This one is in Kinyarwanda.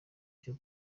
cyo